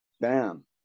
bam